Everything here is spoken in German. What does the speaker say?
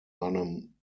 einem